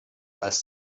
als